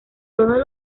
todos